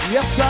Yes